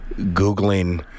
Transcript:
Googling